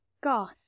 God